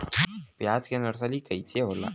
प्याज के नर्सरी कइसे होला?